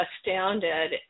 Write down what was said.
astounded